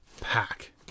pack